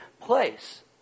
place